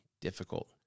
difficult